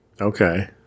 Okay